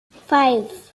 five